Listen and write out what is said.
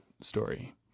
story